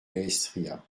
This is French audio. maestria